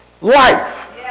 life